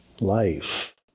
life